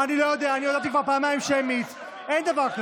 אני לא יודע, אני הודעתי כבר פעמיים על שמית.